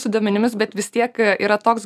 su duomenimis bet vis tiek yra toks